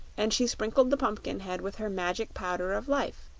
and she sprinkled the pumpkinhead with her magic powder of life,